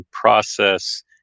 process